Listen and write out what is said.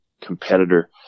competitor